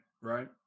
right